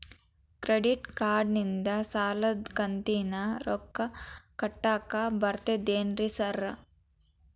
Credit ಕಾರ್ಡನಿಂದ ಸಾಲದ ಕಂತಿನ ರೊಕ್ಕಾ ಕಟ್ಟಾಕ್ ಬರ್ತಾದೇನ್ರಿ ಸಾರ್?